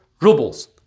rubles